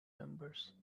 members